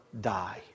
die